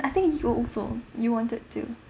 I think you also you wanted to